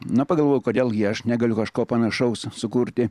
na pagalvojau kodėl gi aš negaliu kažko panašaus sukurti